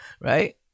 Right